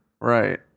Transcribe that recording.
Right